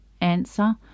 answer